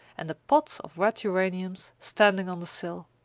and the pots of red geraniums standing on the sill.